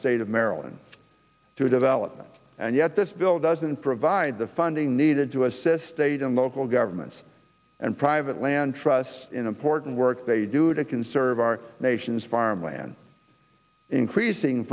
state of maryland to development and yet this bill doesn't provide the funding needed to assist state and local governments and private land trust in important work they do to conserve our nation's farmland increasing